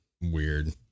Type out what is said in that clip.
weird